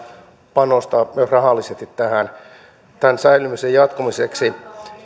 panostaa myös rahallisesti tämän säilymisen jatkumiseksi